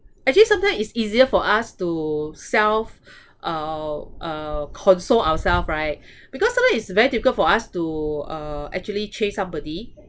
actually sometimes it's easier for us to self uh uh console ourself right because sometimes it's very difficult for us to uh actually chase somebody